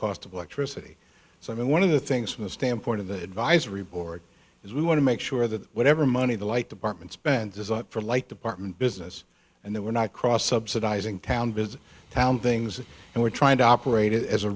cost of electricity so i mean one of the things from the standpoint of the advisory board is we want to make sure that whatever money the light department spend for like department business and they were not cross subsidising town visit town things and we're trying to operate as a